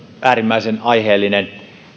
äärimmäisen aiheellinen